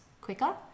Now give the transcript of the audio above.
quicker